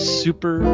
super